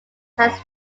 had